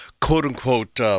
quote-unquote